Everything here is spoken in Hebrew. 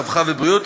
הרווחה והבריאות.